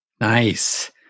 nice